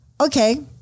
okay